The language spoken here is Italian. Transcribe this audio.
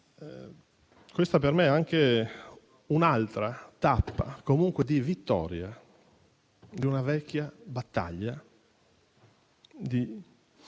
questa per me è un'altra tappa comunque di vittoria di una vecchia battaglia di